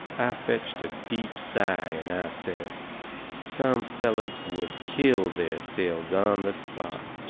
i fetched a deep sigh and i says some fellers would kill theirselves on the spot!